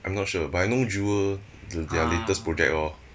I'm not sure but I know Jewel the their latest project lor